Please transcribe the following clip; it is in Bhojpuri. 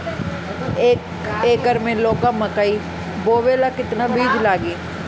एक एकर मे लौका मकई बोवे ला कितना बिज लागी?